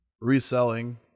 reselling